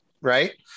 Right